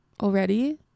already